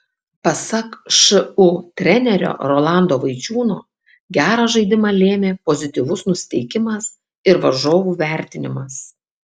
pasak šu trenerio rolando vaičiūno gerą žaidimą lėmė pozityvus nusiteikimas ir varžovų vertinimas